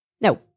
No